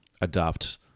adopt